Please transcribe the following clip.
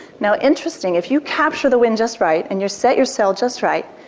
now interesting, if you capture the wind just right and you set your sail just right,